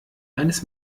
eines